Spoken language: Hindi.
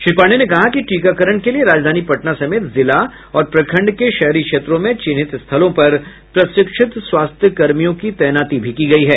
श्री पांडेय ने कहा कि टीकाकरण के लिए राजधानी पटना समेत जिला और प्रखंड के शहरी क्षेत्रों में चिह्नित स्थलों पर प्रशिक्षित स्वास्थ्यकर्मियों की तैनाती भी की गई है